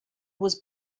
was